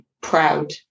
proud